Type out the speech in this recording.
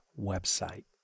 website